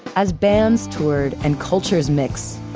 as bands toured and cultures mixed,